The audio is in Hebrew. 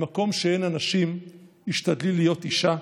במקום שאין אנשים השתדלי להיות אישה.